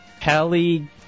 Kelly